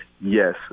yes